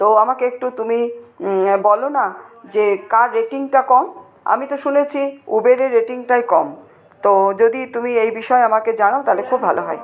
তো আমাকে একটু তুমি বলো না যে কার রেটিংটা কম আমি তো শুনেছি উবেরের রেটিংটাই কম তো যদি তুমি এই বিষয়ে আমাকে জানাও তাহলে খুব ভালো হয়